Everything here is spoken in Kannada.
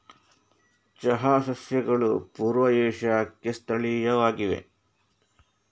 ಚಹಾ ಸಸ್ಯಗಳು ಪೂರ್ವ ಏಷ್ಯಾಕ್ಕೆ ಸ್ಥಳೀಯವಾಗಿವೆ